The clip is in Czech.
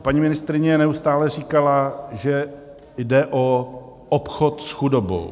Paní ministryně neustále říkala, že jde o obchod s chudobou.